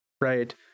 right